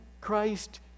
Christ